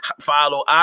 Follow